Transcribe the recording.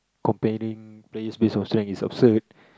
comparing based based on strength is absurd